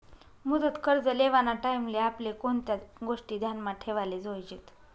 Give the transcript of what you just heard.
मुदत कर्ज लेवाना टाईमले आपले कोणत्या गोष्टी ध्यानमा ठेवाले जोयजेत